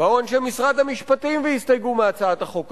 באו אנשי משרד המשפטים והסתייגו מהצעת החוק הזאת,